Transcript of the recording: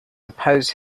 oppose